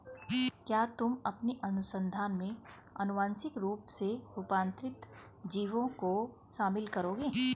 क्या तुम अपने अनुसंधान में आनुवांशिक रूप से रूपांतरित जीवों को शामिल करोगे?